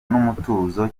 n’umutuzo